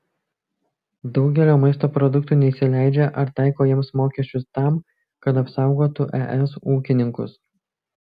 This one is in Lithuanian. daugelio maisto produktų neįsileidžia ar taiko jiems mokesčius tam kad apsaugotų es ūkininkus